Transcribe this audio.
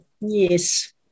Yes